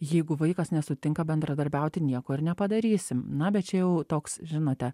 jeigu vaikas nesutinka bendradarbiauti nieko ir nepadarysim na bet čia jau toks žinote